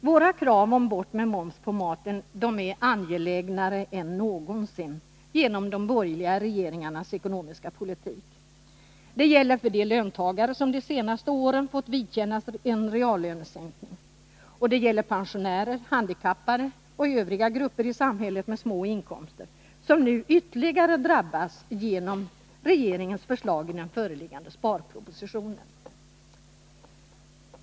Vårt krav ”Bort med moms på maten” är angelägnare än någonsin genom de borgerliga regeringarnas ekonomiska politik. Det gäller för de löntagare som de senaste åren fått vidkännas en reallöne kning. Och det gäller pensionärer, handikappade och övriga grupper i samhället med små inkomster, som nu ytterligare drabbas genom regeringens förslag i den föreliggande sparpropositionen.